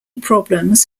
problems